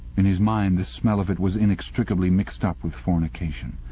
in his mind the smell of it was inextricably mixed up with fornication.